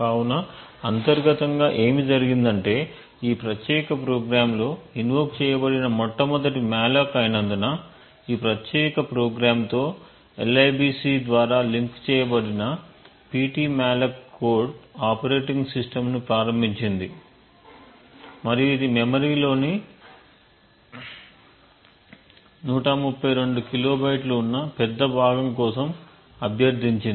కాబట్టి అంతర్గతంగా ఏమి జరిగిందంటే ఈ ప్రత్యేక ప్రోగ్రామ్లో ఇన్ఓక్ చేయబడిన మొట్టమొదటి మాలోక్అయినందున ఈ ప్రత్యేక ప్రోగ్రామ్తో libc ద్వారా లింక్ చేయబడిన ptmalloc కోడ్ ఆపరేటింగ్ సిస్టమ్ను ప్రారంభించింది మరియు ఇది మెమరీ లోని బైట్ల 132 కిలోబైట్లు వున్న పెద్ద భాగం కోసం అభ్యర్థించింది